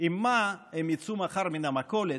עם מה הם יצאו מחר מן המכולת,